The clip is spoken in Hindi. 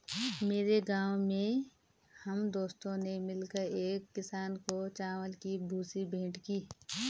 मेरे गांव में हम दोस्तों ने मिलकर एक किसान को चावल की भूसी भेंट की